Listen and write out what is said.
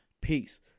Peace